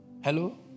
Hello